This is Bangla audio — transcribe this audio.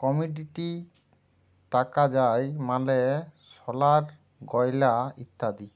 কমডিটি টাকা যার মালে সলার গয়লা ইত্যাদি